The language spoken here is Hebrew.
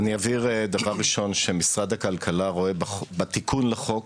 אני אבהיר דבר ראשון שמשרד הכלכלה רואה בתיקון לחוק